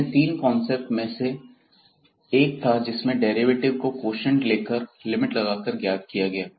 हमने 3 कांसेप्ट में से एक था जिसमें डेरिवेटिव को कोशिएंट लेकर लिमिट लगाकर ज्ञात किया गया